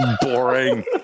boring